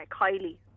Kylie